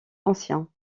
anciens